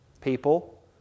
People